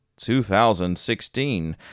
2016